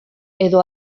edo